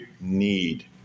need